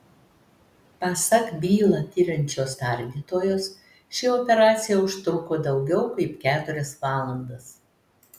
pasak bylą tiriančios tardytojos ši operacija užtruko daugiau kaip keturias valandas